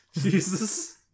Jesus